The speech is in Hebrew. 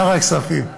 שר הכספים,